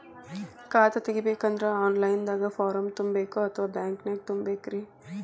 ಖಾತಾ ತೆಗಿಬೇಕಂದ್ರ online ದಾಗ ಫಾರಂ ತುಂಬೇಕೊ ಅಥವಾ ಬ್ಯಾಂಕನ್ಯಾಗ ತುಂಬ ಬೇಕ್ರಿ?